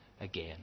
again